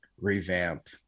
revamp